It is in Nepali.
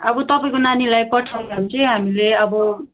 अब तपाईँको नानीलाई पठाउँदा हो भने चाहिँ हामीले अब